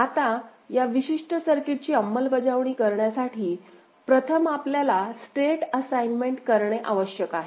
आता या विशिष्ट सर्किटची अंमलबजावणी करण्यासाठी प्रथम आपल्याला स्टेट असाईनमेंट करणे आवश्यक आहे